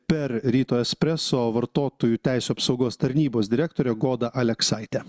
per ryto espreso vartotojų teisių apsaugos tarnybos direktorė goda aleksaitė